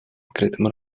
открытым